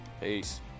Peace